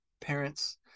parents